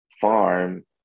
farm